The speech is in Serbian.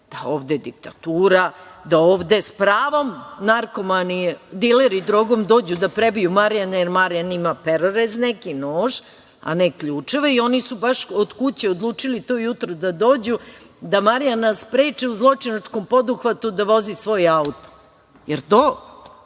je ovde diktatura, da ovde s pravom narkomani, dileri drogom dođu da prebiju Marijana, jer Marijan ima neki perorez neki, nož, a ne ključeve. Oni su baš od kuće odlučili to jutro da dođu da Marijana spreče u zločinačkom poduhvatu da vozi svoj auto. Jel to